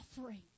offering